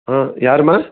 ஆ யாரும்மா